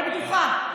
אני בטוחה.